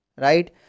right